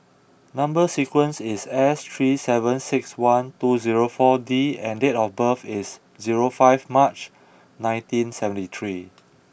number sequence is S three seven six one two zero four D and date of birth is zero five March nineteen seventy three